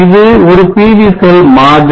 இது ஒரு PV cell மாதிரி